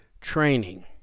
training